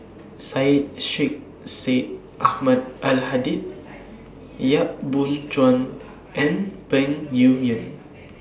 Syed Sheikh Syed Ahmad Al Hadi Yap Boon Chuan and Peng Yuyun